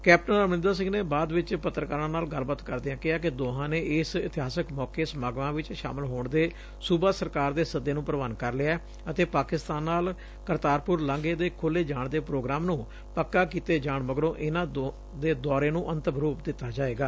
captain Amarinder Singh ਨੇ ਬਾਅਦ ਵਿਚ ਪੱਤਰਕਾਰਾਂ ਨਾਲ ਗੱਲਬਾਤ ਕਰਦਿਆਂ ਕਿਹਾ ਕਿ ਦੋਹਾਂ ਨੇ ਇਸ ਇਤਿਹਾਸਕ ਮੌਕੇ ਸਮਾਗਮਾਂ ਵਿਚ ਸ਼ਾਮਲ ਹੋਣ ਦੇ ਸੁਬਾ ਸਰਕਾਰ ਦੇ ਸੱਦੇ ਨੂੰ ਪ੍ਰਵਾਨ ਕਰ ਲਿਐ ਅਤੇ ਪਾਕਿਸਤਾਨ ਨਾਲ ਕਰਤਾਰਪੁਰ ਲਾਘੇ ਦੇ ਖੋਲ੍ਹੇ ਜਾਣ ਦੇ ਪ੍ਰੋਗਰਾਮ ਨੂੰ ਪੱਕਾ ਕੀਤੇ ਜਾਣ ਮਗਰੋਂ ਇਨੂਾਂ ਦੇ ਦੌਰੇ ਨੂੰ ਅੰਤਮ ਰੂਪ ਦਿੱਤਾ ਜਾਏਗਾ